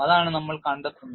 അതാണ് നമ്മൾ കണ്ടെത്തുന്നത്